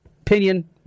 Opinion